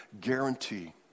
guarantee